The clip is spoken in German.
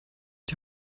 die